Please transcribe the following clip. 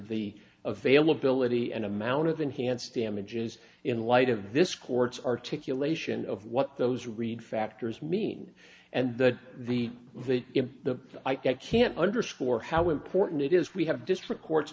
the availability and amount of enhanced damages in light of this court's articulation of what those reed factors mean and that the the i can't underscore how important it is we have district courts